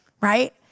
Right